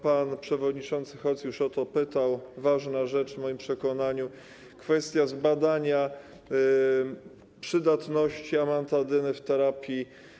Pan przewodniczący Hoc już o to pytał, ważna rzecz w moim przekonaniu, kwestia zbadania przydatności amantadyny w terapii.